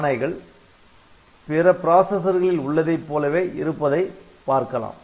ஆணைகள் வழக்கமான பிற பிராசசர்களில் உள்ளதைப் போலவே இருப்பதைப் பார்க்கலாம்